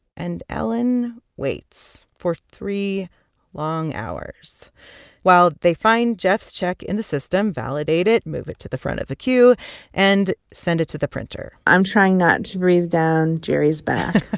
and ellen waits for three long hours while they find jeff's check in the system, validate it, move it to the front of the queue and send it to the printer i'm trying not to breathe down jerry's back